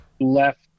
left